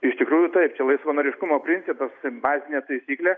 iš tikrųjų taip čia laisvanoriškumo principas bazinė taisyklė